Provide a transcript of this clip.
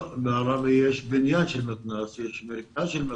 לא, בעראבה יש בניין של מתנ"ס, אבל